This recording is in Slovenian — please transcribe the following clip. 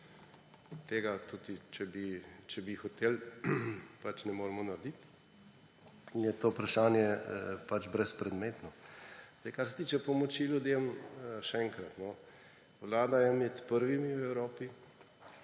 Tega, tudi če bi hoteli, ne moremo narediti in je to vprašanje brezpredmetno. Kar se tiče pomoči ljudem, še enkrat − Vlada je med prvimi v Evropi